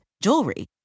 jewelry